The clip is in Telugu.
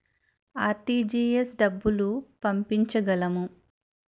ఆర్.టీ.జి.ఎస్ డబ్బులు పంపించగలము?